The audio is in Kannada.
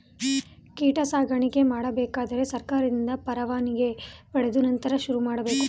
ಕೀಟ ಸಾಕಾಣಿಕೆ ಮಾಡಬೇಕಾದರೆ ಸರ್ಕಾರದಿಂದ ಪರವಾನಿಗೆ ಪಡೆದು ನಂತರ ಶುರುಮಾಡಬೇಕು